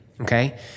okay